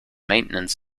maintenance